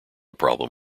problem